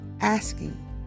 asking